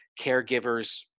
caregivers